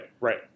right